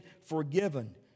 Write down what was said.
forgiven